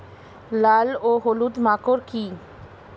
লাল ও হলুদ মাকর কী?